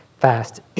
fast